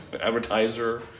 advertiser